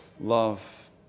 love